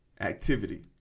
activity